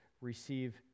receive